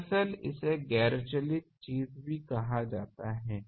दरअसल इसे गैर संचालित चीज भी कहा जाता है